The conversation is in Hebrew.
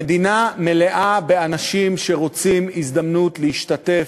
המדינה מלאה באנשים שרוצים הזדמנות להשתתף,